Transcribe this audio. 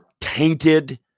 tainted